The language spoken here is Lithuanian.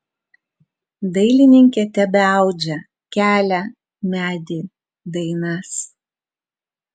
dailininkė tebeaudžia kelią medį dainas